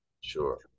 Sure